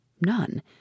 None